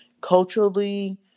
culturally